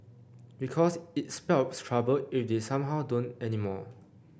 because it spell trouble if they somehow don't anymore